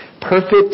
Perfect